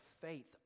faith